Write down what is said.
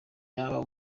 yabaye